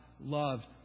love